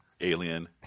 Alien